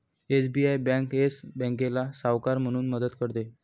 SBI bank Yes बँकेला सावकार म्हणून मदत करते